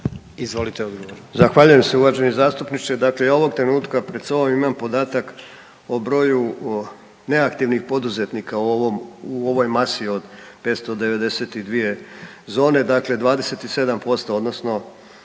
se. Uvaženi zastupniče. Dakle, ja ovog trenutka pred sobom imam podatak o broju neaktivnih poduzetnika u ovoj masi od 592 zone, dakle 27% odnosno